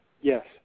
yes